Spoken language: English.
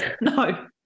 No